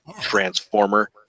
transformer